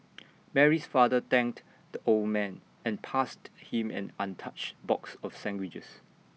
Mary's father thanked the old man and passed him an untouched box of sandwiches